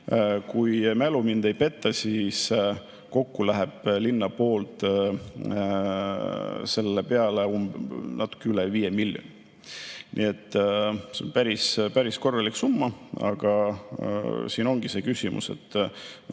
Kui mälu mind ei peta, siis kokku läheb linnal selle peale natuke üle 5 miljoni. Nii et see on päris korralik summa. Siin ongi see küsimus.